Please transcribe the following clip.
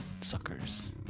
suckers